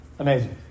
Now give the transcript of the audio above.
Amazing